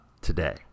today